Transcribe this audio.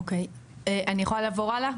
אוקיי, אני יכולה לעבור הלאה?